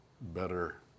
better